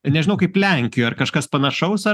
nežinau kaip lenkijoj ar kažkas panašaus ar